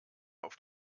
auf